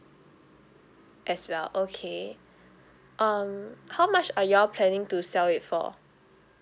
as well okay um how much are you all planning to sell it for